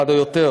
אחד או יותר,